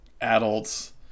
adults